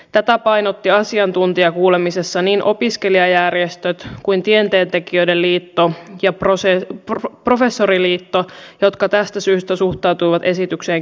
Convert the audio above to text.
tätä painottivat asiantuntijakuulemisessa niin opiskelijajärjestöt kuin myös tieteentekijöiden liitto ja professoriliitto jotka tästä syystä suhtautuivat esitykseen kielteisesti